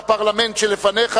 בפרלמנט שלפניך,